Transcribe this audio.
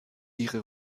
ihre